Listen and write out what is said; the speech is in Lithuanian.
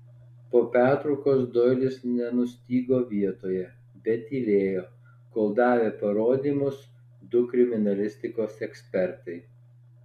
po pertraukos doilis nenustygo vietoje bet tylėjo kol davė parodymus du kriminalistikos ekspertai